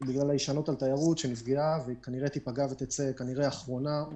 וההישענות על התיירות שנפגעה וכנראה תיפגע ותצא אחרונה.